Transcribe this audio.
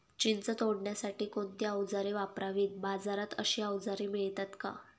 चिंच तोडण्यासाठी कोणती औजारे वापरावीत? बाजारात अशी औजारे मिळतात का?